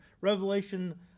Revelation